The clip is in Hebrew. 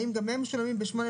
האם גם הם משולמים ב-8.33%?